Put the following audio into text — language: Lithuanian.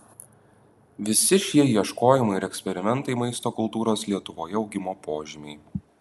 visi šie ieškojimai ir eksperimentai maisto kultūros lietuvoje augimo požymiai